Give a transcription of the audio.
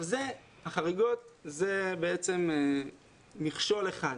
החריגות הוא מכשול אחד.